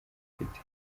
mfite